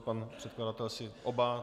Pan předkladatel, oba.